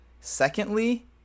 Secondly